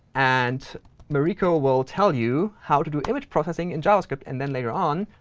and mariko will tell you how to do image processing in javascript, and then later on,